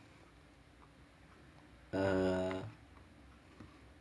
err